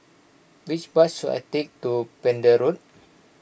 which bus should I take to Pender Road